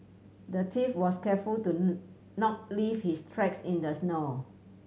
the thief was careful to not leave his tracks in the snow